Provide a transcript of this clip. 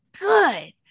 good